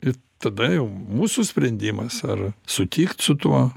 ir tada jau mūsų sprendimas ar sutikt su tuo